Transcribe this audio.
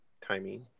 Timing